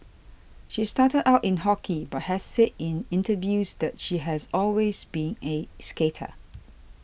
she started out in hockey but has said in interviews that she has always been a skater